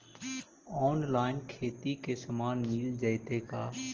Online खेती के सामान मिल जैतै का?